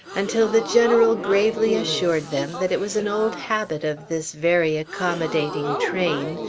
until the general gravely assured them that it was an old habit of this very accommodating train,